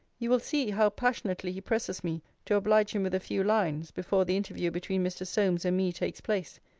you will see, how passionately he presses me to oblige him with a few lines, before the interview between mr. solmes and me takes place,